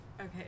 Okay